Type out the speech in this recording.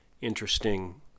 Interesting